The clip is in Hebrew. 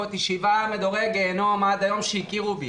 אותי שבעה מדורי גיהינום עד היום שהכירו בו?